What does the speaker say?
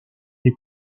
les